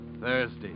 Thursday